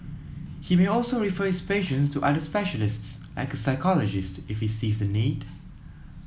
he may also refer his patients to other specialists like a psychologist if he sees the need